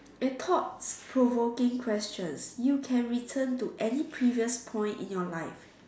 the thought provoking questions you can return to any previous point in your life